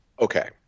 Okay